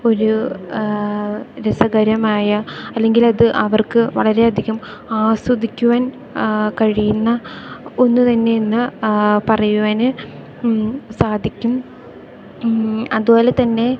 ഒരു രസകരമായ അല്ലെങ്കിലത് അവർക്ക് വളരെയധികം ആസ്വദിക്കുവാൻ കഴിയുന്ന ഒന്നുതന്നെയെന്ന് പറയുവാന് സാധിക്കും അതുപോലെ തന്നെ